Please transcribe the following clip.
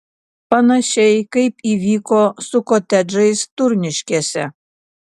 panašiai kaip įvyko su kotedžais turniškėse